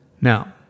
Now